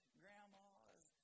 grandmas